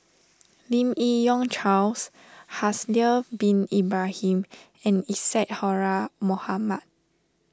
Lim Yi Yong Charles Haslir Bin Ibrahim and Isadhora Mohamed